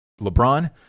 LeBron